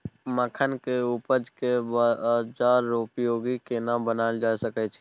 मखान के उपज के बाजारोपयोगी केना बनायल जा सकै छै?